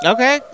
Okay